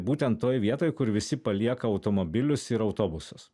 būtent toj vietoj kur visi palieka automobilius ir autobusus